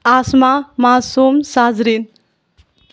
Asma Masoom سازرین